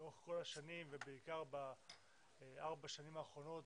לאורך כל השנים ובעיקר בארבע השנים האחרונות